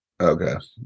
Okay